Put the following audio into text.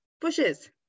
bushes